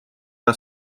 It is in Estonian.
the